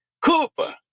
Cooper